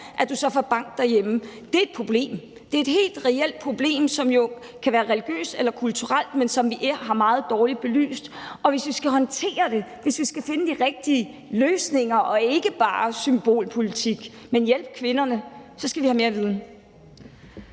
og du så får bank derhjemme. Det er et problem. Det er et helt reelt problem, som jo kan være religiøst eller kulturelt betinget, men som er meget dårligt belyst. Og hvis vi skal håndtere det, og hvis vi skal finde de rigtige løsninger og ikke bare lave symbolpolitik, men hjælpe kvinderne, så skal vi have mere viden.